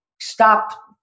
stop